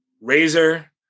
Razor